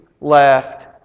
left